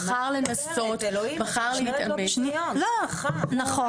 בחר לנסות --- הלכידה היא